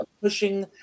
pushing